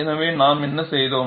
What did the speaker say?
எனவே நாம் என்ன செய்தோம்